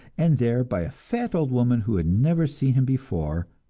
and there by a fat old woman who had never seen him before,